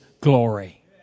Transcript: glory